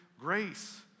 grace